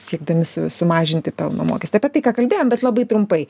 siekdami su sumažinti pelno mokestį apie tai ką kalbėjom bet labai trumpai